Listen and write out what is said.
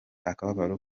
akababaro